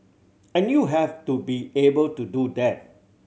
and you have to be able to do that